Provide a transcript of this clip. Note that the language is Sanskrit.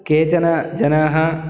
केचन जनाः